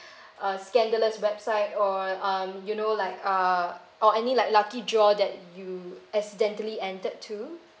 uh scandalous website or uh you know like uh or any like lucky draw that you accidentally entered to